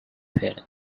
fair